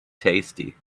tasty